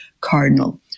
Cardinal